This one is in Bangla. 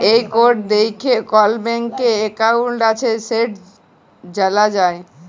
এই কড দ্যাইখে কল ব্যাংকে একাউল্ট আছে সেট জালা যায়